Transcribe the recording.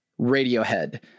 radiohead